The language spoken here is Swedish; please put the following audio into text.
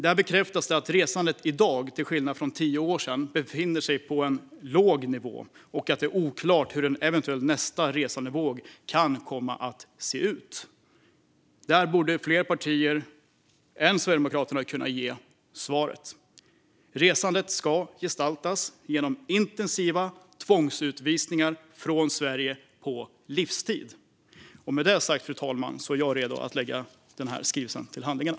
Där bekräftas det att resandet i dag, till skillnad från för tio år sedan, befinner sig på en låg nivå och att det är oklart hur en eventuell nästa resandevåg kan komma att se ut. Där borde fler partier än Sverigedemokraterna kunna ge svaret: Resandet ska gestaltas genom intensiva tvångsutvisningar från Sverige på livstid. Med det sagt, fru talman, är jag redo att lägga skrivelsen till handlingarna.